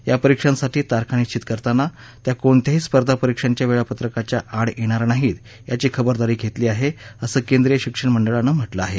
या परीक्षांसाठी तारखा निश्वित करताना त्या कोणत्याही स्पर्धा परीक्षांच्या वेळापत्रकाच्या आड येणार नाहीत याची खबरदारी घेतली आहे असं केंद्रीय शिक्षण मंडळानं म्हटलं आहे